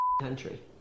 country